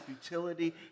futility